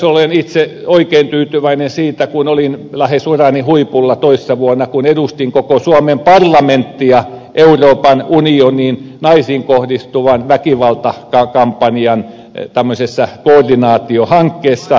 olen itse oikein tyytyväinen siitä kun olin lähes urani huipulla toissa vuonna kun edustin koko suomen parlamenttia euroopan unionin naisiin kohdistuvan väkivallan vastaisen kampanjan koordinaatiohankkeessa